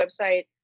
website